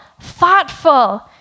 thoughtful